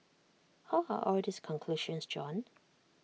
how are all these conclusions drawn